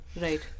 Right